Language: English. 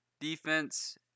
defense